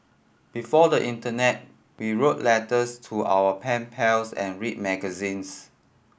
before the internet we wrote letters to our pen pals and read magazines